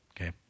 Okay